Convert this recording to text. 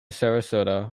sarasota